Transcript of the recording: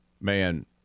man